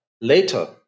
later